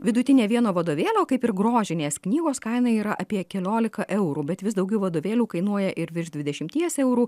vidutinė vieno vadovėlio kaip ir grožinės knygos kaina yra apie keliolika eurų bet vis daugiau vadovėlių kainuoja ir virš dvidešimties eurų